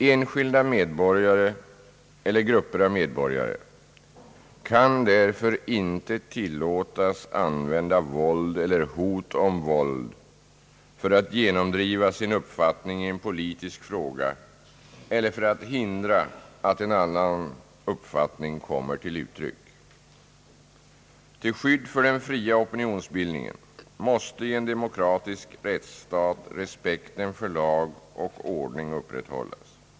Enskilda medborgare eller grupper av medborgare kan därför inte tillåtas använda våld eller hot om våld för att genomdriva sin uppfattning i en politisk fråga eller för att hindra att en annan uppfattning kommer till uttryck. Till skydd för den fria opinionsbildningen måste i en demokratisk rättsstat respekten för lag och ordning upprätthållas.